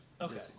Okay